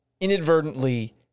inadvertently